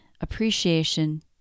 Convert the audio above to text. appreciation